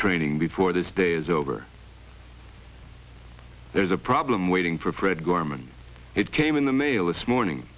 training before this day is over there's a problem waiting for fred gorman it came in the mail this morning